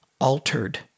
altered